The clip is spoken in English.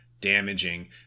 damaging